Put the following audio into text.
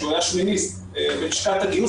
כשהוא היה שמיניסט בלשכת הגיוס,